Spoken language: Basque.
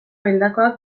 hildakoak